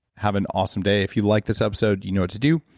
have an awesome day. if you like this episode, you know what to do,